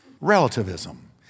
Relativism